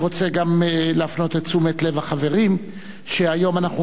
אני רוצה גם להפנות את תשומת לב החברים שהיום אנחנו